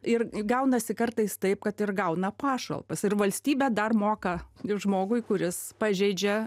ir gaunasi kartais taip kad ir gauna pašalpas ir valstybė dar moka žmogui kuris pažeidžia